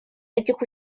этих